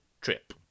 trip